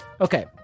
Okay